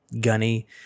gunny